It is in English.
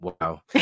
Wow